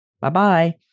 bye-bye